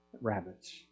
Rabbits